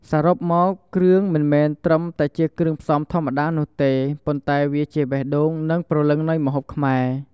សរុបមក គ្រឿង មិនមែនត្រឹមតែជាគ្រឿងផ្សំធម្មតានោះទេ ប៉ុន្តែវាជា បេះដូង និងព្រលឹង នៃម្ហូបខ្មែរ។